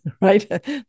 right